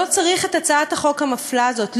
לא צריך את הצעת החוק המפלה הזאת,